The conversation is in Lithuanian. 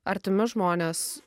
artimi žmonės